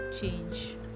change